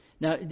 Now